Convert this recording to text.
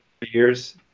years